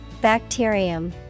bacterium